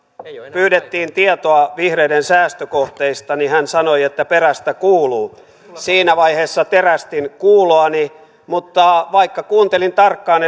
pyydettiin tietoa vihreiden säästökohteista niin hän sanoi että perästä kuuluu siinä vaiheessa terästin kuuloani mutta vaikka kuuntelin tarkkaan